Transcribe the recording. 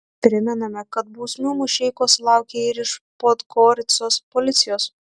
primename kad bausmių mušeikos sulaukė ir iš podgoricos policijos